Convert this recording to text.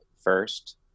first